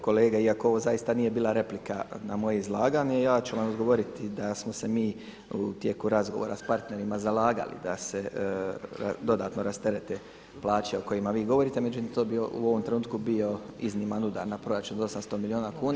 Evo kolege, iako ovo zaista nije bila replika na moje izlaganje, ja ću vam odgovoriti da smo se mi u tijeku razgovora sa partnerima zalagali da se dodatno rasterete plaće o kojima vi govorite međutim to bi u ovom trenutku bio izniman udar na proračun od 800 milijuna kuna.